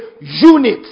unit